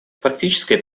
практической